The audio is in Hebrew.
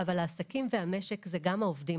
אבל העסקים והמשק זה גם העובדים.